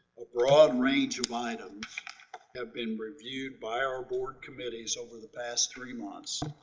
a broad range of items have been reviewed by our board committees over the past three months.